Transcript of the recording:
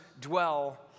dwell